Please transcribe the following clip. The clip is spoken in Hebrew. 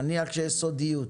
נניח שיש סודיות,